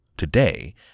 Today